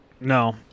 No